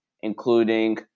including